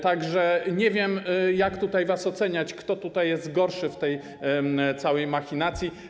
Tak że nie wiem, jak was oceniać, kto tutaj jest gorszy w tej całej machinacji.